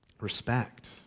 respect